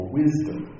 wisdom